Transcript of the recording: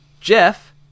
jeff